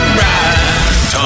ride